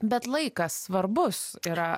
bet laikas svarbus yra